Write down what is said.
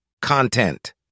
Content